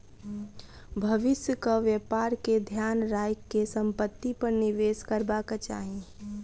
भविष्यक व्यापार के ध्यान राइख के संपत्ति पर निवेश करबाक चाही